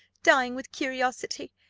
dying with curiosity.